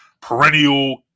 perennial